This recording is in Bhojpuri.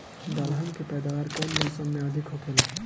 दलहन के पैदावार कउन मौसम में अधिक होखेला?